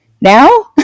Now